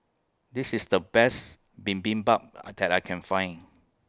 This IS The Best Bibimbap Are that I Can Find